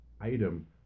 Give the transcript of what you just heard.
item